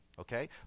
Okay